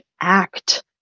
act